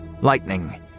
Lightning